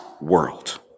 world